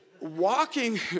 walking